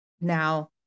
Now